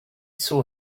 saw